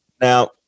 Now